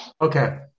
Okay